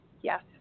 Yes